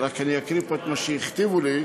רק אקריא פה את מה שהכתיבו לי: